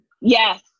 Yes